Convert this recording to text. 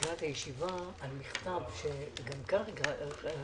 הישיבה ננעלה בשעה